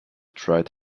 tried